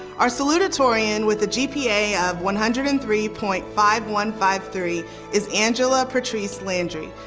our salutatorian with a gpa of one hundred and three point five one five three is angela patrice landry.